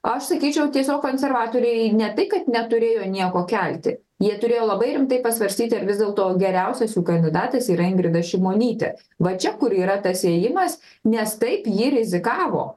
aš sakyčiau tiesiog konservatoriai ne tai kad neturėjo nieko kelti jie turėjo labai rimtai pasvarstyti ar vis dėlto geriausias jų kandidatas yra ingrida šimonytė va čia kur yra tas ėjimas nes taip ji rizikavo